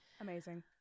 Amazing